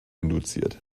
induziert